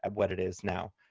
um what it is now.